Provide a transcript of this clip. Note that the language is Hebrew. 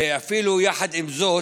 ויחד עם זאת,